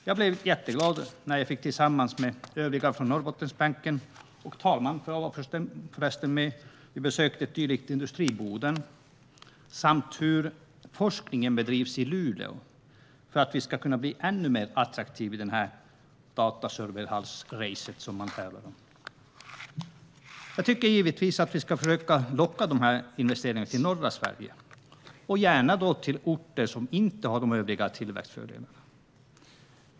Jag blev jätteglad när jag tillsammans med övriga från Norrbottensbänken - talmannen var förresten också med - fick besöka en dylik industri i Boden och fick se hur det bedrivs forskning i Luleå för att vi ska bli ännu mer attraktiva i dataserverhallsracet. Jag tycker givetvis att vi ska försöka locka sådana investeringar till norra Sverige och gärna då till orter som inte har de övriga tillväxtfördelarna.